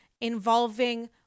involving